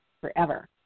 forever